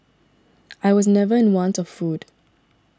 I was never in any want of food